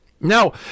Now